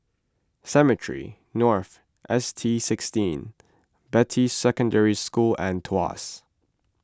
Cemetry North S T sixteen Beatty Secondary School and Tuas